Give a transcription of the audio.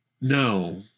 No